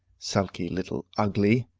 sulky little ugly!